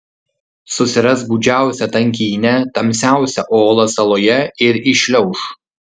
susiras gūdžiausią tankynę tamsiausią olą saloje ir įšliauš